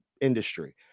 industry